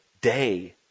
day